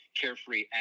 carefree